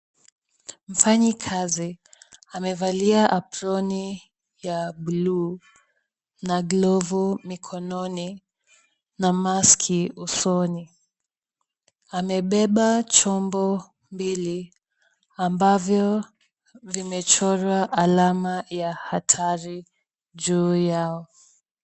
Mfanyikazi amevalia aproni ya buluu na glovu mkonni na mask usoni. Amebeba chombo mbili amabavyo vimechorwa alama ya hatari juu yao.